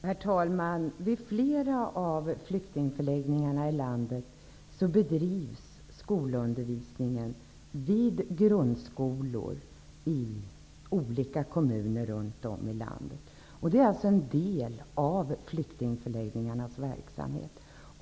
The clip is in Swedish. Herr talman! Vid flera av flyktingförläggningarna i olika kommuner runt om i landet bedrivs skolundervisningen vid grundskolor. Det är alltså en del av flyktingförläggningarnas verksamhet.